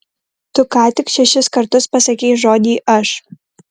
tu ką tik šešis kartus pasakei žodį aš